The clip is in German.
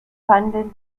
fanden